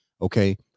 Okay